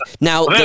Now